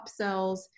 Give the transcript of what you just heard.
upsells